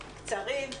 קצרים,